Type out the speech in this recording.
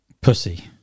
pussy